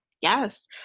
Yes